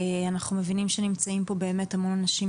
אנחנו מבינים שנמצאים פה באמת המון אנשים